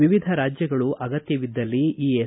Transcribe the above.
ವಿವಿಧ ರಾಜ್ಯಗಳು ಅಗತ್ತವಿದ್ದಲ್ಲಿ ಈ ಎಸ್